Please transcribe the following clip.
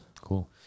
Cool